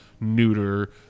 neuter